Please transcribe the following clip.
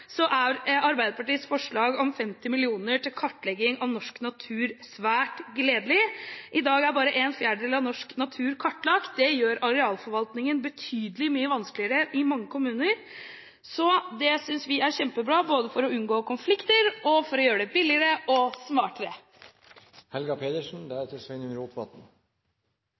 kartlegging av norsk natur svært gledelig. I dag er bare en fjerdedel av norsk natur kartlagt, og det gjør arealforvaltningen betydelig mye vanskeligere i mange kommuner, så en slik kartlegging synes vi er kjempebra både for å unngå konflikter og for å gjøre det billigere og